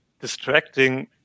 distracting